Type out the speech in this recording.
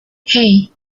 hey